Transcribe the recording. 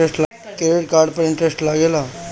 Credit card पर interest लागेला?